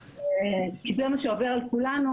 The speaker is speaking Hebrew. כי זה מה שעובר על כולנו.